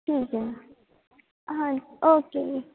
ਠੀਕ ਹੈ ਹਾਂ ਓਕੇ